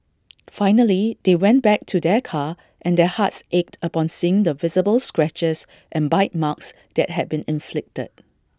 finally they went back to their car and their hearts ached upon seeing the visible scratches and bite marks that had been inflicted